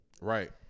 right